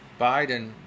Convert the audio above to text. Biden